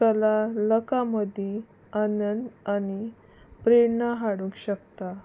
कला लोकां मदीं आनंद आनी प्रेरणा हाडूंक शकता